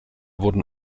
wurden